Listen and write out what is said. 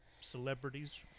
celebrities